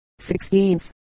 16th